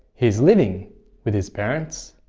he's living with his parents,